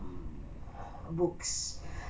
um books